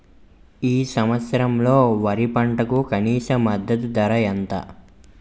ఈ సంవత్సరంలో వరి పంటకు కనీస మద్దతు ధర ఎంత?